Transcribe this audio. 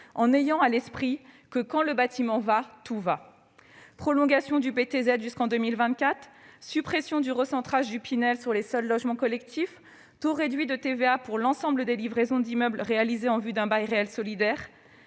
en ayant à l'esprit que, « quand le bâtiment va, tout va »: prolongation du PTZ jusqu'en 2024 ; suppression du recentrage du dispositif Pinel sur les seuls logements collectifs ; taux réduit de TVA pour l'ensemble des livraisons d'immeubles réalisés en vue d'un bail réel solidaire.